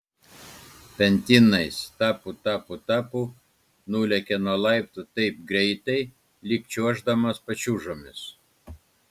pentinais tapu tapu tapu nulėkė nuo laiptų taip greitai lyg čiuoždamas pačiūžomis